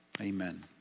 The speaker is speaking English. Amen